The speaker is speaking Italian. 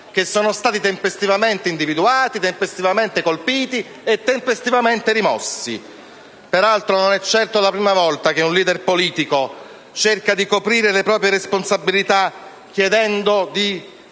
che sono stati tempestivamente individuati, colpiti e rimossi. Peraltro, non è certo la prima volta che un *leader* politico cerca di coprire le proprie responsabilità chiedendo al